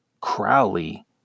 Crowley